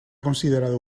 considerado